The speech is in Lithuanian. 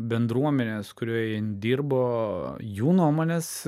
bendruomenės kurioj ji dirbo jų nuomonės